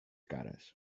cares